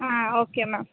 ah okay ma'am